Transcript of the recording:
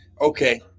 Okay